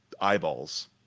eyeballs